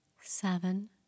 Seven